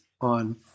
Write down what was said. on